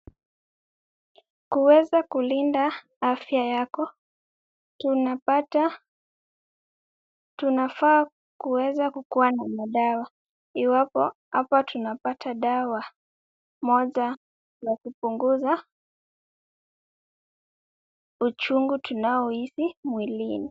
Kuweza kulinda afya yako tunapata, tunafaa kuweza kukuwa na madawa, iwapo hapa tunapata dawa moja la kupunguza uchungu tunaohisi mwilini.